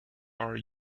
are